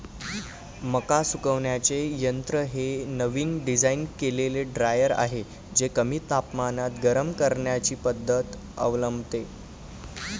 मका सुकवण्याचे यंत्र हे नवीन डिझाइन केलेले ड्रायर आहे जे कमी तापमानात गरम करण्याची पद्धत अवलंबते